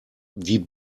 die